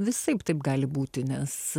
visaip taip gali būti nes